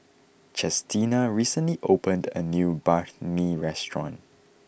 Chestina recently opened a new Banh Mi restaurant